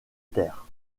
terre